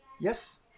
Yes